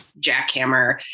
jackhammer